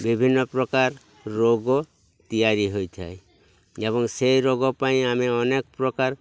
ବିଭିନ୍ନ ପ୍ରକାର ରୋଗ ତିଆରି ହୋଇଥାଏ ଏବଂ ସେଇ ରୋଗ ପାଇଁ ଆମେ ଅନେକ ପ୍ରକାର